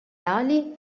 ali